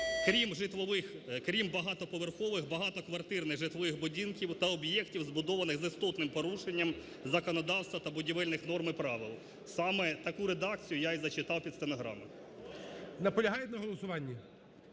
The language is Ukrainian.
крім багатоповерхових, багатоквартирних житлових будинків та об'єктів, збудованих з істотним порушенням законодавства та будівельних норм і правил. Саме таку редакцію я і зачитав під стенограму. ГОЛОВУЮЧИЙ. Наполягаєте на голосуванні?